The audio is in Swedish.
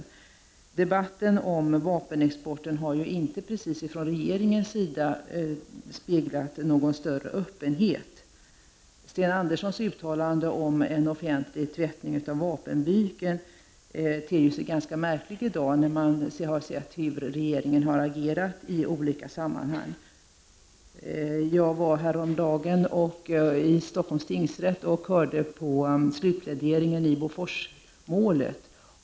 Regeringen har ju i debatten om vapenexporten inte precis visat någon större öppenhet. Sten Anderssons uttalande om en offentlig tvättning av vapenbyken ter sig i dag ganska märkligt när vi har sett hur regeringen i olika sammanhang har agerat. Häromdagen var jag i Stockholms tingsrätt och lyssnade på slutpläderingen i Boforsmålet.